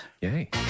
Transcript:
Yay